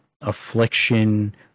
Affliction